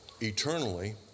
eternally